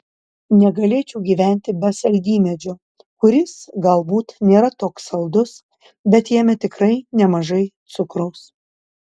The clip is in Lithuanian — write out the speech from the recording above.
negalėčiau gyventi be saldymedžio kuris galbūt nėra toks saldus bet jame tikrai nemažai cukraus